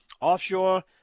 Offshore